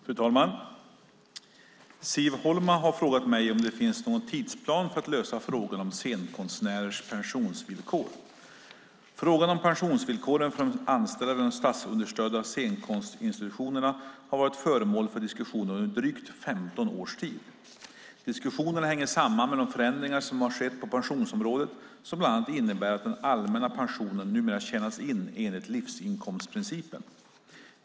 Fru talman! Siv Holma har frågat mig om det finns någon tidsplan för att lösa frågan om scenkonstnärers pensionsvillkor. Frågan om pensionsvillkoren för de anställda vid de statsunderstödda scenkonstinstitutionerna har varit föremål för diskussioner under drygt 15 års tid. Diskussionerna hänger samman med de förändringar som har skett på pensionsområdet, som bland annat innebär att den allmänna pensionen numera tjänas in enligt livsinkomstprincipen.